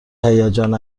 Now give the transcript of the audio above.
هیجان